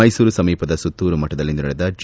ಮ್ಸೆಸೂರು ಸಮೀಪದ ಸುತ್ತೂರು ಮಠದಲ್ಲಿಂದು ನಡೆದ ಜೆ